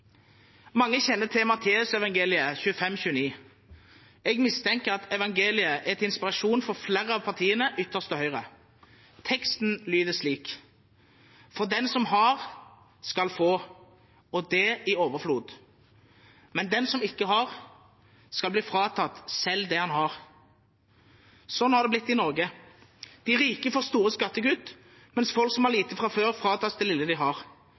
Jeg mistenker at evangeliet er til inspirasjon for flere av partiene ytterst til høyre. Teksten lyder slik: «For den som har, skal få, og det i overflod. Men den som ikke har, skal bli fratatt selv det han har.» Sånn har det blitt i Norge. De rike får store skattekutt, mens folk som har lite fra før, fratas det lille de har